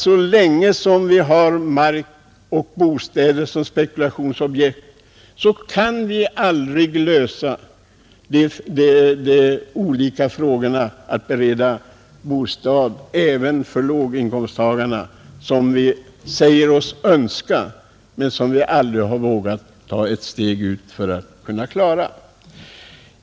Så länge vi har mark och bostäder såsom spekulationsobjekt, kan vi aldrig lösa problemet att bereda bostad även åt låginkomsttagare, vilket vi säger oss önska men som vi aldrig har vågat ta ett steg för att försöka åstadkomma.